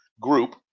group